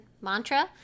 mantra